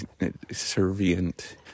servient